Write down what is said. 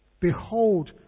behold